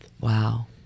Wow